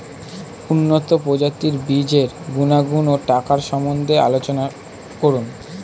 উন্নত প্রজাতির বীজের গুণাগুণ ও টাকার সম্বন্ধে আলোচনা করুন